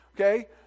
Okay